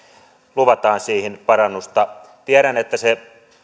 luvataan siihen parannusta tiedän että se